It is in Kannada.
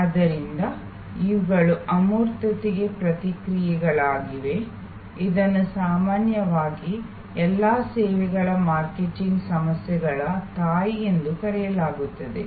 ಆದ್ದರಿಂದ ಇವುಗಳು ಅಮೂರ್ತತೆಗೆ ಪ್ರತಿಕ್ರಿಯೆಗಳಾಗಿವೆ ಇದನ್ನು ಸಾಮಾನ್ಯವಾಗಿ ಎಲ್ಲಾ ಸೇವೆಗಳ ಮಾರ್ಕೆಟಿಂಗ್ ಸಮಸ್ಯೆಗಳ ತಾಯಿ ಎಂದು ಕರೆಯಲಾಗುತ್ತದೆ